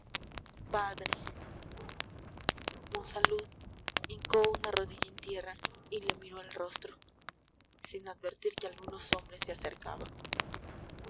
padre monsalud hincó una rodilla en tierra y le miró el rostro sin advertir que algunos hombres se acercaban